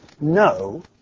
no